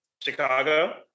Chicago